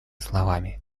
словами